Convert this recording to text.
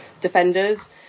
Defenders